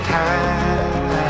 time